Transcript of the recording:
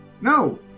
No